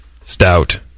stout